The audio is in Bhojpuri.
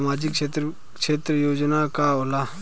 सामाजिक क्षेत्र योजना का होला?